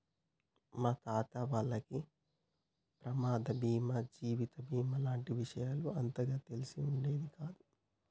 మా తాత వాళ్లకి ప్రమాద బీమా జీవిత బీమా లాంటి విషయాలు అంతగా తెలిసి ఉండేది కాదు